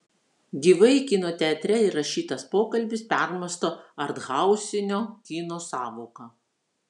gyvai kino teatre įrašytas pokalbis permąsto arthausinio kino sąvoką